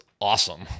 awesome